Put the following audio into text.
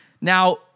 Now